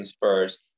first